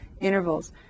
intervals